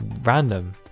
random